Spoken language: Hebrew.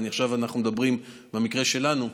אבל עכשיו אנחנו מדברים על המקרה שלנו,